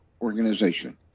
organization